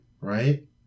right